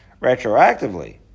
retroactively